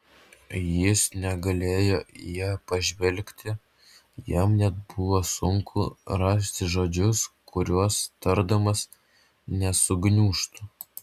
jis negalėjo į ją pažvelgti jam net buvo sunku rasti žodžius kuriuos tardamas nesugniužtų